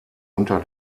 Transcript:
unter